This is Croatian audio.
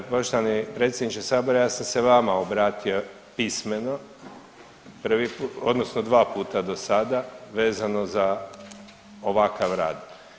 Poštovani predsjedniče sabora ja sam se vama obratio pismeno prvi put odnosno dva puta do sada vezano za ovakav rad.